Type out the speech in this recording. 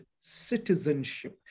citizenship